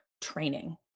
training